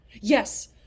yes